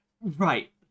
Right